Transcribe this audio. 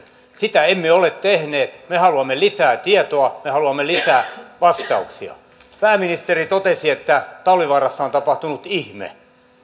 sitä emme ole tehneet me haluamme lisää tietoa me haluamme lisää vastauksia pääministeri totesi että talvivaarassa on tapahtunut ihme